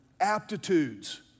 aptitudes